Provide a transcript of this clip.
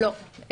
לא.